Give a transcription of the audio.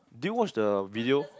did you watch the video